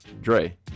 Dre